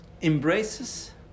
Embraces